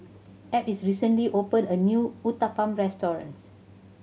Ab recently opened a new Uthapam Restaurant